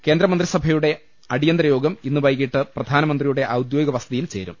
കേന്ദ്രമന്ത്രിസ്പഭയുടെ അടിയന്തരയോഗം ഇന്ന് വൈകീട്ട് പ്രധാനമന്ത്രിയുടെ ഔദ്യോഗിക വസതിയിൽ ചേരും